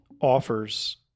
offers